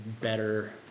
better